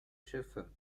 schiffe